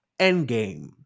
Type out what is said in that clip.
endgame